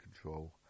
control